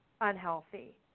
unhealthy